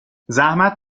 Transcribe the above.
زحمت